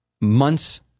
months